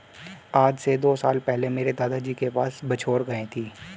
आज से दो साल पहले मेरे दादाजी के पास बछौर गाय थी